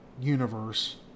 universe